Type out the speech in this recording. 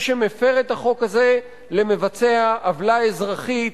שמפר את החוק הזה למבצע עוולה אזרחית